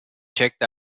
checked